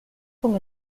con